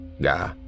Gah